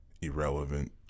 irrelevant